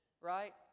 Right